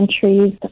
countries